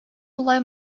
болай